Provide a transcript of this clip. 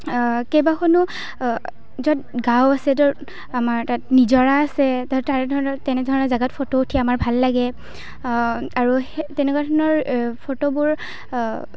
কেইবাখনো য'ত গাঁও আছে আমাৰ তাত নিজৰা আছে তাঁহত তাৰেধৰণৰ তেনেধৰণৰ জেগাত ফটো উঠি আমাৰ ভাল লাগে আৰু সেই তেনেকুৱা ধৰণৰ ফটোবোৰ